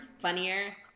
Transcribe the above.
funnier